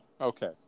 Okay